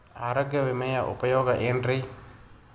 ಆರೋಗ್ಯ ವಿಮೆಯ ಉಪಯೋಗ ಏನ್ರೀ?